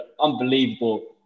unbelievable